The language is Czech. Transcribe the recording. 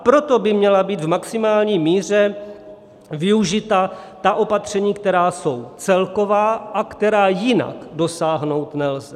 Proto by měla být v maximální míře využita ta opatření, která jsou celková a která jinak dosáhnout nelze.